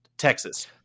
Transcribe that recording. texas